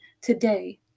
today